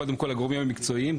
קודם כל הגורמים המקצועיים,